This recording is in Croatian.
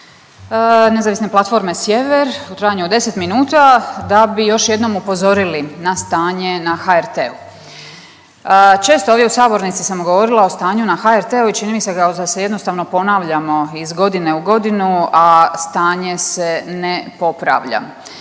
Nezavisne platforme Sjever u trajanju od 10 minuta da bi još jednom upozorili na stanje na HRT-u. Često ovdje u sabornici sam govorila o stanju na HRT-u i čini mi se kao da se jednostavno ponavljamo iz godinu u godinu, a stanje se ne popravlja.